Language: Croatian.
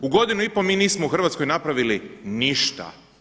U godinu i pol mi nismo u Hrvatskoj napravili ništa.